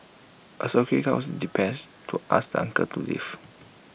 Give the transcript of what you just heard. A security guard was dispatched to ask the uncle to leave